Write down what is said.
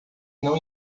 não